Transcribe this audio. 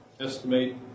estimate